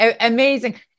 Amazing